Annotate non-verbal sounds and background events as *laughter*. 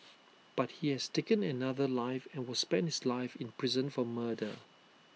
but he has taken another life and will spend his life in prison for murder *noise*